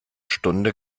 stunde